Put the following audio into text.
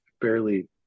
fairly